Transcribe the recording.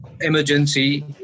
emergency